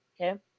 Okay